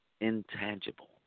Intangible